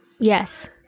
Yes